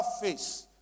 face